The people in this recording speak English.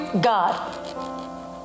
God